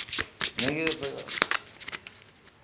ᱱᱤᱭᱟᱹ ᱜᱮ ᱛᱚ